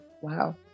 Wow